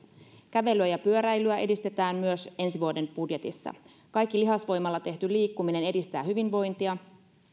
kävelyä ja pyöräilyä edistetään myös ensi vuoden budjetissa kaikki lihasvoimalla tehty liikkuminen edistää hyvinvointia